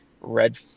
red